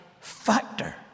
factor